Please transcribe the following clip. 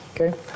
Okay